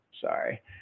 sorry